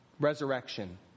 Resurrection